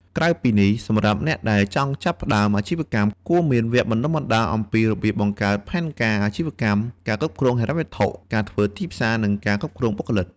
ក្រៅពីនេះសម្រាប់អ្នកដែលចង់ចាប់ផ្តើមអាជីវកម្ម គួរមានវគ្គបណ្តុះបណ្តាលអំពីរបៀបបង្កើតផែនការអាជីវកម្ម ការគ្រប់គ្រងហិរញ្ញវត្ថុ ការធ្វើទីផ្សារ និងការគ្រប់គ្រងបុគ្គលិក។